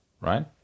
right